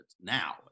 Now